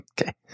Okay